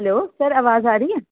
hello sir आवाज़ आवा दी ऐ